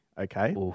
Okay